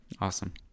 Awesome